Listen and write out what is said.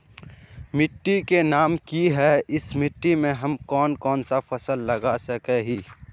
मिट्टी के नाम की है इस मिट्टी में हम कोन सा फसल लगा सके हिय?